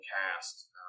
cast